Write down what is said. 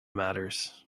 matters